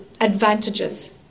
advantages